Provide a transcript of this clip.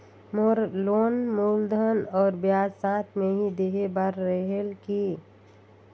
मोर loan मूलधन और ब्याज साथ मे ही देहे बार रेहेल की?